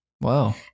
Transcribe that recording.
Wow